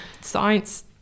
science